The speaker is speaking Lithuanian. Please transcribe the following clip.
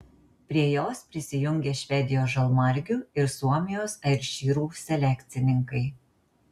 prie jos prisijungė švedijos žalmargių ir suomijos airšyrų selekcininkai